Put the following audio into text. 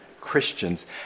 Christians